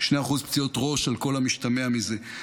2% פציעות ראש על כל המשתמע מזה,